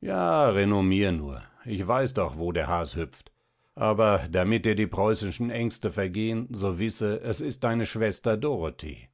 ja renommier nur ich weiß doch wo der has hüpft aber damit dir die preußischen aengste vergehen so wiße es ist deine schwester dorothee